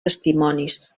testimonis